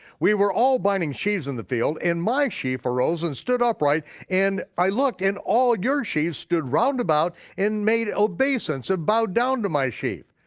we were all binding sheaves in the field, and my sheaf arose and stood upright and i looked, and all your sheaves stood roundabout and made obeisance and bowed down to my sheaf.